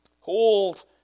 Hold